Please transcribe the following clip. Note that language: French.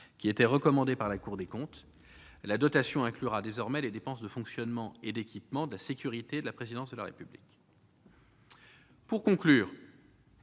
périmètre recommandée par la Cour des comptes : la dotation inclura désormais les dépenses de fonctionnement et d'équipement de la sécurité de la présidence de la République. En conclusion,